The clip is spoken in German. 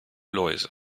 läuse